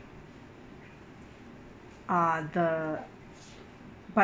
uh the but